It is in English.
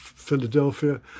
Philadelphia